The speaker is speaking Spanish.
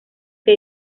que